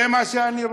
זה מה שאני רוצה.